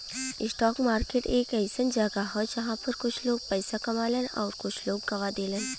stock market एक अइसन जगह हौ जहां पर कुछ लोग पइसा कमालन आउर कुछ लोग गवा देलन